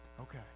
Okay